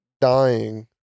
dying